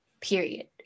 period